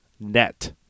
net